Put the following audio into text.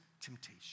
temptation